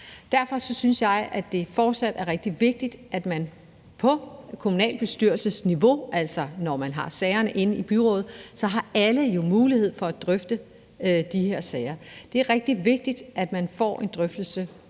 Derfor synes jeg, at det fortsat er rigtig vigtigt, at det er sådan på kommunalbestyrelsesniveau, altså når man har sagerne inde i byrådet, at alle jo har mulighed for at drøfte de her sager. Det er rigtig vigtigt, at man får en politisk